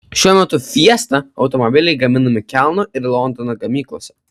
šiuo metu fiesta automobiliai gaminami kelno ir londono gamyklose